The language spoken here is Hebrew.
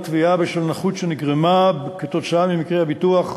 תביעה בשל נכות שנגרמה כתוצאה ממקרה הביטוח,